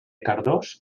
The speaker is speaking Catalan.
cardós